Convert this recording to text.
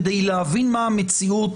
כדי להבין מה המציאות,